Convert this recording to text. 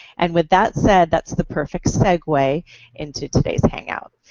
and with that said that's the perfect segue into today's hangout.